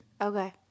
okay